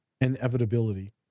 Inevitability